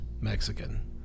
Mexican